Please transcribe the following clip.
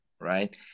right